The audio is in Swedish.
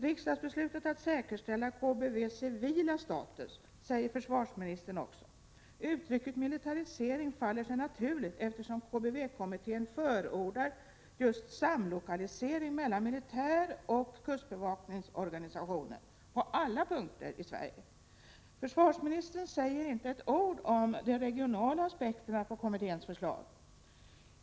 Riksdagsbeslutet att säkerställa KBV:s ”civila status”, säger försvarsministern också. Uttrycket ”militarisering” faller sig naturligt, eftersom KBV-kommittén förordar just samlokalisering mellan militäroch kustbevakningsorganisationen på alla punkter i Sverige. Försvarsministern säger inte ett ord om de regionala aspekterna på kommitténs förslag.